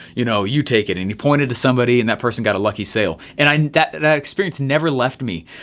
you know, you take it and he pointed to somebody and that person got a lucky sale. and i mean that that experience never left me.